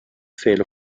fälle